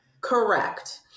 Correct